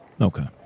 Okay